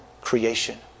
creation